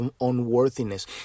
unworthiness